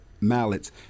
mallets